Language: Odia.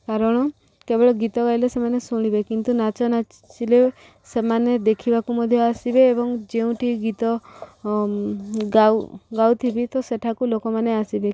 କାରଣ କେବଳ ଗୀତ ଗାଇଲେ ସେମାନେ ଶୁଣିବେ କିନ୍ତୁ ନାଚ ନାଚିଲେ ସେମାନେ ଦେଖିବାକୁ ମଧ୍ୟ ଆସିବେ ଏବଂ ଯେଉଁଠି ଗୀତ ଗାଉ ଗାଉଥିବି ତ ସେଠାକୁ ଲୋକମାନେ ଆସିବେ କି